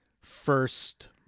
first